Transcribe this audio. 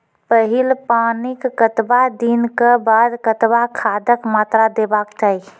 पहिल पानिक कतबा दिनऽक बाद कतबा खादक मात्रा देबाक चाही?